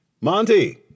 Monty